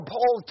Paul